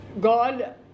God